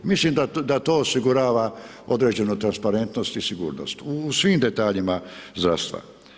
Mislim da to osigurava određenu transparentnost i sigurnost u svim detaljima zdravstva.